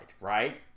right